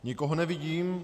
Nikoho nevidím.